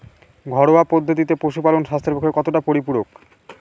ঘরোয়া পদ্ধতিতে পশুপালন স্বাস্থ্যের পক্ষে কতটা পরিপূরক?